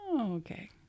Okay